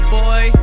boy